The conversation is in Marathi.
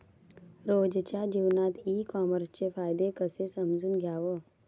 रोजच्या जीवनात ई कामर्सचे फायदे कसे समजून घ्याव?